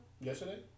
Yesterday